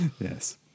Yes